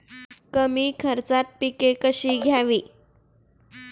कमी खर्चात पिके कशी घ्यावी?